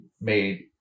made